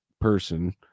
person